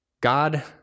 God